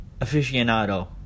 aficionado